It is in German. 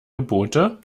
gebote